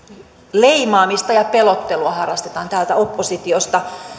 leimaamista ja pelottelua harrastetaan täältä oppositiosta